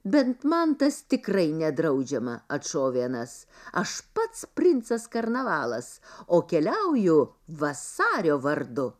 bent man tas tikrai nedraudžiama atšovė anas aš pats princas karnavalas o keliauju vasario vardu